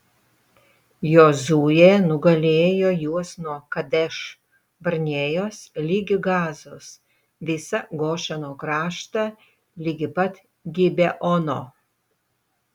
jozuė nugalėjo juos nuo kadeš barnėjos ligi gazos visą gošeno kraštą ligi pat gibeono